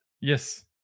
Yes